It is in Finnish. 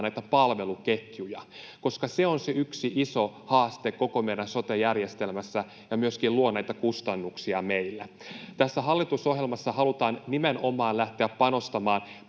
näitä palveluketjuja, koska siinä on yksi iso haaste koko meidän sote-järjestelmässä, mikä myöskin luo meillä näitä kustannuksia. Tässä hallitusohjelmassa halutaan nimenomaan lähteä panostamaan